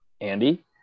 Andy